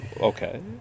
okay